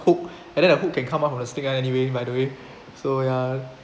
hook and then the hook can come up from the stick ah anyway by the way so ya